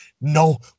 No